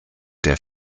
der